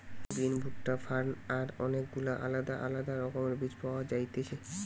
বিন, ভুট্টা, ফার্ন আর অনেক গুলা আলদা আলদা রকমের বীজ পাওয়া যায়তিছে